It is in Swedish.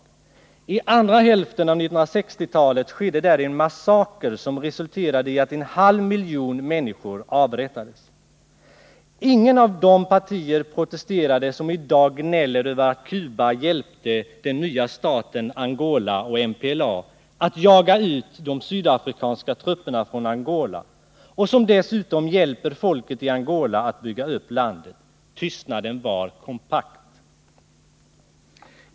Under andra hälften av 1960-talet skedde där en massaker som resulterade i att en halv miljon människor avrättades. Inget av de partier protesterade som i dag gnäller över att Cuba hjälpte den nya staten Angola och MPLA att jaga ut de sydafrikanska trupperna från Angola, och dessutom hjälper man folket i Angola att bygga upp landet. Tystnaden var kompakt.